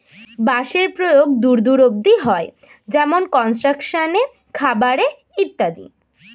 বাঁশের প্রয়োগ দূর দূর অব্দি হয়, যেমন কনস্ট্রাকশন এ, খাবার এ ইত্যাদি